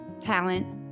talent